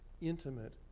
intimate